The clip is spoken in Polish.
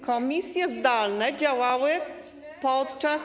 Komisje zdalne działały podczas.